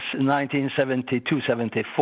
1972-74